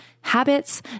habits